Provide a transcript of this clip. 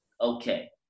Okay